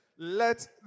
Let